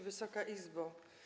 Wysoka Izbo!